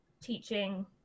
teaching